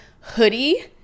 hoodie